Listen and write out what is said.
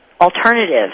alternative